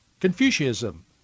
Confucianism